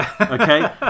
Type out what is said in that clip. Okay